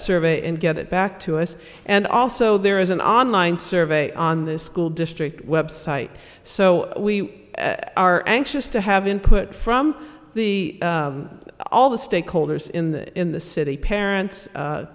survey and get it back to us and also there is an on line survey on the school district website so we are anxious to have input from the all the stakeholders in the in the city parents